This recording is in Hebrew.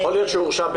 יכול להיות שהוא הורשע,